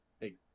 Hey